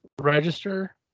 register